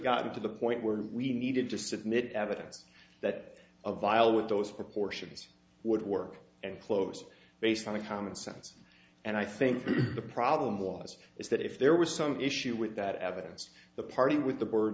gotten to the point where we needed to submit evidence that a vial with those proportions would work and close based on a common sense and i think the problem was is that if there was some issue with that evidence the party with the